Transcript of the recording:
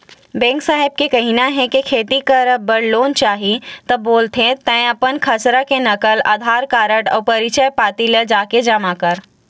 bank साहेब के कहिना हे के खेती करब बर लोन चाही ता बोलथे तंय अपन खसरा के नकल, अधार कारड अउ परिचय पाती ल लाके जमा कर